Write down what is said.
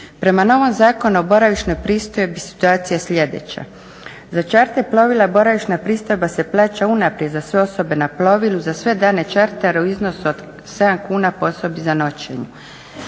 Prema novom Zakonu o boravišnoj pristojbi situacija je sljedeća. Za čarter plovila boravišna pristojba se plaća unaprijed za sve osobe na plovilu za sve dane na čarteru u iznosu od 7 kuna po osobi za noćenje.